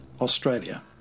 Australia